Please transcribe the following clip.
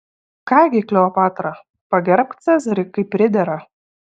ką gi kleopatra pagerbk cezarį kaip pridera